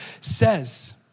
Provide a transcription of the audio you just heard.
says